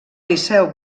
liceu